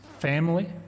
family